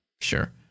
Sure